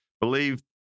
believe